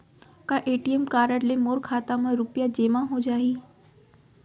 का ATM card ले मोर खाता म रुपिया जेमा हो जाही?